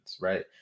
right